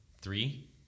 three